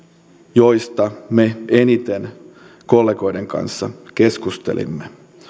joista me eniten kollegoiden kanssa keskustelimme